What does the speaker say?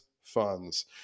Funds